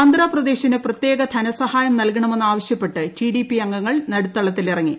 ആന്ധ്രാപ്രദേശിന് പ്രത്യേക ധനസഹായം നൽകണമെന്ന് ആവശ്യപ്പെട്ട് ടി ഡി പി അംഗങ്ങൾ നടുത്തളത്തിലിറങ്ങി